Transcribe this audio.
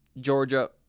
Georgia